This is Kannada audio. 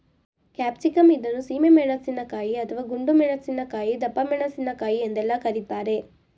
ಕ್ಯಾಪ್ಸಿಕಂ ಇದನ್ನು ಸೀಮೆ ಮೆಣಸಿನಕಾಯಿ, ಅಥವಾ ಗುಂಡು ಮೆಣಸಿನಕಾಯಿ, ದಪ್ಪಮೆಣಸಿನಕಾಯಿ ಎಂದೆಲ್ಲ ಕರಿತಾರೆ